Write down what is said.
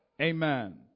amen